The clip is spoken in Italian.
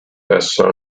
presso